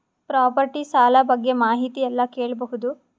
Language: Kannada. ಪ್ರಾಪರ್ಟಿ ಸಾಲ ಬಗ್ಗೆ ಮಾಹಿತಿ ಎಲ್ಲ ಕೇಳಬಹುದು?